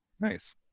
nice